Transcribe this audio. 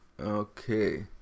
Okay